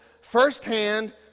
firsthand